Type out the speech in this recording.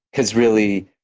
because really,